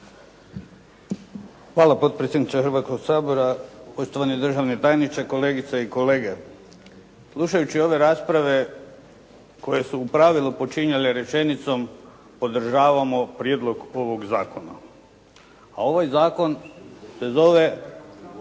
Hvala potpredsjedniče Hrvatskog sabora. Poštovani državni tajniče, kolegice i kolege. Slušajući ove rasprave koje su u pravilu počinjale rečenicom podržavamo prijedlog ovog zakona, a ovaj zakon se zove